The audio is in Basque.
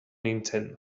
nintzen